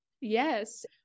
Yes